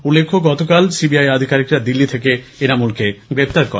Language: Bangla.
উল্লেখ্য গতকাল সিবিআই আধিকারিকরা দিল্লী থেকে এনামূলকে গ্রেপ্তার করে